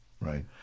Right